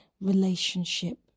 relationship